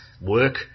work